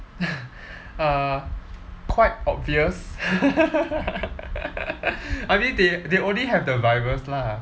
uh quite obvious I mean they they only have the virus lah